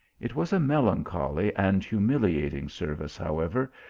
it was a melancholy and humiliating service, however,